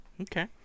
okay